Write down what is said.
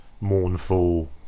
mournful